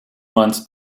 months